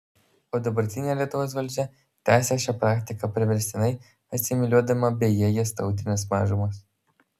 o dabartinė lietuvos valdžia tęsia šią praktiką priverstinai asimiliuodama bejėges tautines mažumas